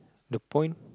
the point